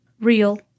real